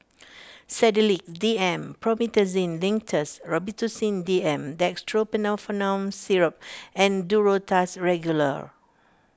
Sedilix D M Promethazine Linctus Robitussin D M Dextromethorphan Syrup and Duro Tuss Regular